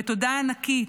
ותודה ענקית,